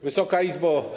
Wysoka Izbo!